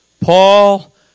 Paul